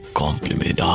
compliment